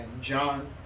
John